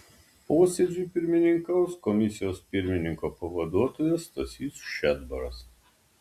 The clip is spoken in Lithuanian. posėdžiui pirmininkaus komisijos pirmininko pavaduotojas stasys šedbaras